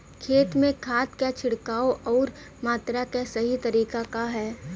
खेत में खाद क छिड़काव अउर मात्रा क सही तरीका का ह?